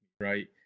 right